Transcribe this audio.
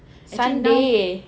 sunday